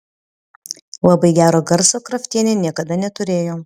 labai gero garso kraftienė niekada neturėjo